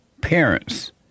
parents